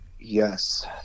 Yes